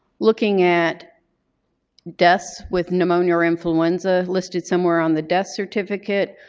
looking at deaths with pneumonia or influenza listed somewhere on the death certificate.